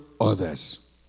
others